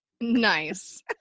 Nice